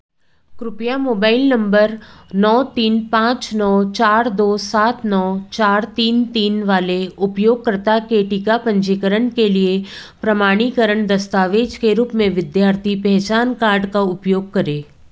कृपया मोबाइल नंबर नौ तीन पाँच नौ चार दो सात नौ चार तीन तीन वाले उपयोगकर्ता के टीका पंजीकरण के लिए प्रमाणीकरण दस्तावेज़ के रूप में विद्यार्थी पहचान कार्ड का उपयोग करें